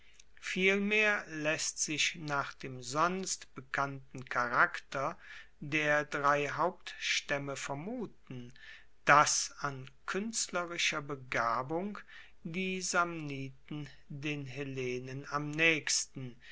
vielmehr laesst sich nach dem sonst bekannten charakter der drei hauptstaemme vermuten dass an kuenstlerischer begabung die samniten den hellenen am naechsten